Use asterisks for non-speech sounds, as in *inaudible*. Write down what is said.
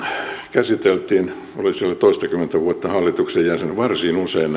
käsiteltiin olin siellä toistakymmentä vuotta hallituksen jäsen varsin usein *unintelligible*